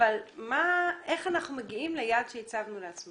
אבל איך אנחנו מגיעים ליעד שהצבנו לעצמנו?